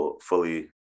fully